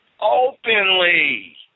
Openly